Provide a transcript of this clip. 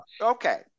okay